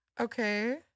Okay